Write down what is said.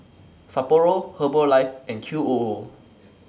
Sapporo Herbalife and Q O O